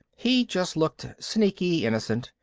he just looked sneaky-innocent,